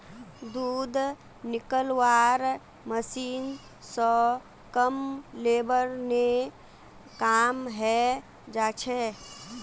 दूध निकलौव्वार मशीन स कम लेबर ने काम हैं जाछेक